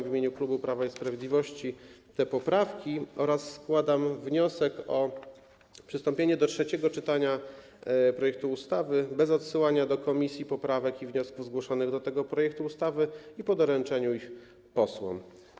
W imieniu klubu Prawa i Sprawiedliwości składam te poprawki oraz wniosek o przystąpienie do trzeciego czytania projektu ustawy bez odsyłania do komisji poprawek i wniosków zgłoszonych do tego projektu ustawy, po doręczeniu ich posłom.